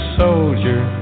soldier